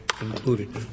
included